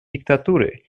диктатуры